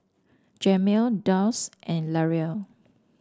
Jamel Dulce and Larae